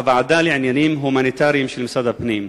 הוועדה לעניינים הומניטריים של משרד הפנים.